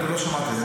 לא שמעתי.